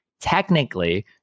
technically